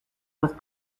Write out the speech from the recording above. with